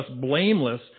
blameless